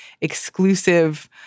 exclusive